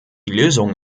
lösung